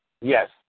Yes